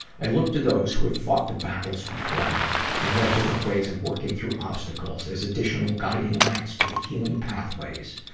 i look to those who have fought the battles before me and have different ways of working through obstacles as additional guiding lights to the healing pathways.